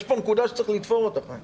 יש פה נקודה שצריך לתפור אותה.